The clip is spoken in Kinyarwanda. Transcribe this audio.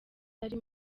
ari